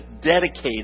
dedicated